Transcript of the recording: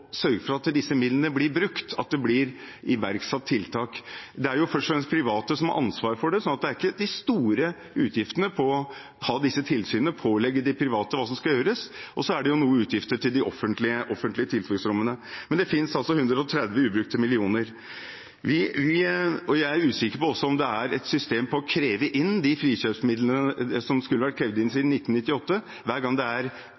sørge for at disse midlene blir brukt, og at det blir iverksatt tiltak. Det er først og fremst private som har ansvar for dette, og det er ikke de store utgiftene å ha disse tilsynene og pålegge de private hva som skal gjøres. Så er det noen utgifter til de offentlige tilfluktsrommene, men det finnes altså 130 ubrukte millioner. Jeg er usikker på om det er et system for å kreve inn de frikjøpsmidlene, som skulle vært krevd inn siden 1998, hver gang det er